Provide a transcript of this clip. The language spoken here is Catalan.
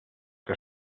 que